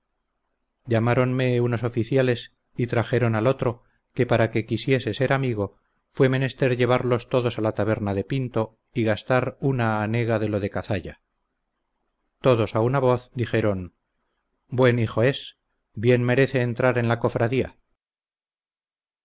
pobrete llamaronme unos oficiales y trajeron al otro que para que quisiese ser amigo fue menester llevarlos todos a la taberna de pinto y gastar una hanega de lo de cazalla todos a una voz dijeron buen hijo es bien merece entrar en la cofradía